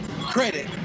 credit